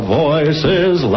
voices